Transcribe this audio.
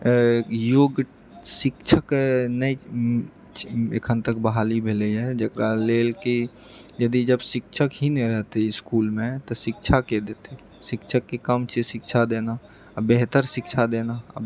योग शिक्षक नहि एखन तक बहाली भेलैए जेकरा लेल कि यदि जब शिक्षक ही नहि रहतए तऽ इसकुलमे तऽ शिक्षाके देतै शिक्षकके काम छियै शिक्षा देना आ बेहतर शिक्षा देना